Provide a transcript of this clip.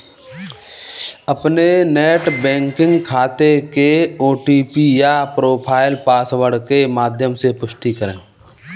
अपने net banking खाते के ओ.टी.पी या प्रोफाइल पासवर्ड के माध्यम से पुष्टि करें